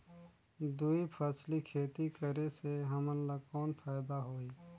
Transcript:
दुई फसली खेती करे से हमन ला कौन फायदा होही?